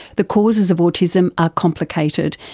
the causes of autism are complicated,